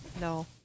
No